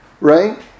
right